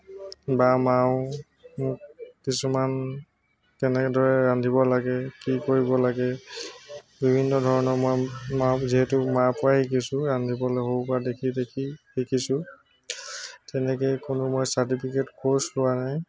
বা মাও মোক কিছুমান কেনেদৰে ৰান্ধিব লাগে কি কৰিব লাগে বিভিন্ন ধৰণৰ মই মাক যিহেতু মাৰপৰাই শিকিছোঁ ৰান্ধিবলৈ সৰুৰপৰা দেখি দেখি শিকিছোঁ তেনেকে কোনো মই চাৰ্টিফিকেট কৰ্চ কৰা নাই